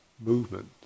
movement